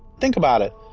think about it.